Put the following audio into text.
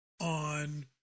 on